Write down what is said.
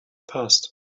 past